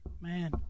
Man